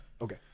Okay